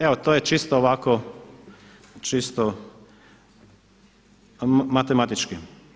Evo to je čito ovako čisto matematički.